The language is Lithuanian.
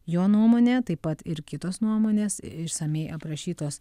jo nuomonė taip pat ir kitos nuomonės išsamiai aprašytos